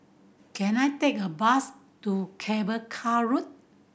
can I take a bus to Cable Car Road